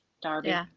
Darby